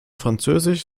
französisch